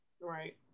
Right